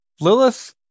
Lilith